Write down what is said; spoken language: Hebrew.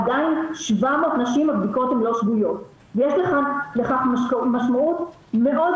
עדיין 700 נשים הבדיקות שלהן לא שגויות ויש לכך משמעות מאוד